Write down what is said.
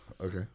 okay